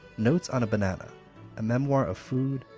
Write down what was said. notes on a banana a memoir of food,